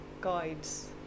guides